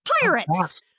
Pirates